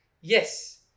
Yes